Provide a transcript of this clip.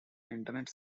internet